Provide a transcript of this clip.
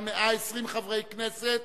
גם 120 חברי כנסת